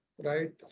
right